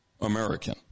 American